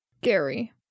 Gary